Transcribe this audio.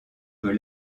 peut